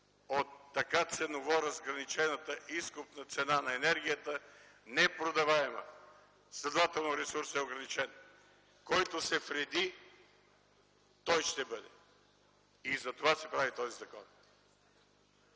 от така ценово разграничената изкупна цена на енергията непродаваема, следователно ресурсът е ограничен. Който се вреди – той ще бъде. Затова се прави този закон,